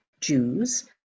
Jews